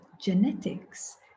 genetics